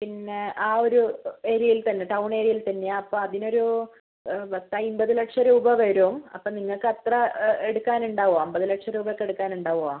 പിന്നെ ആ ഒരു ഏരിയയിൽ തന്നെ ടൗൺ ഏരിയയിൽ തന്നെ അപ്പോൾ അതിനൊരു പത്ത് അൻപത് ലക്ഷം രൂപ വരും അപ്പം നിങ്ങൾക്ക് അത്ര എടുക്കാനുണ്ടാവുമോ അൻപത് ലക്ഷം രൂപയൊക്കെ എടുക്കാൻ ഉണ്ടാവുമോ